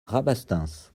rabastens